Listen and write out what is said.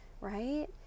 right